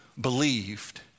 believed